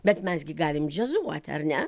bet mes gi galim džiazuot ar ne